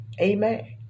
Amen